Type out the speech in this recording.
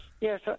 yes